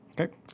okay